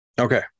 okay